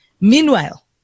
Meanwhile